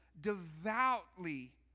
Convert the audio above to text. devoutly